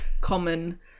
common